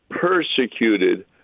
persecuted